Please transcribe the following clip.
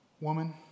woman